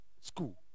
school